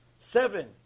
Seven